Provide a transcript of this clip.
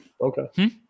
okay